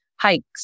hikes